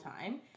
time